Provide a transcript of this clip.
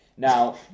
Now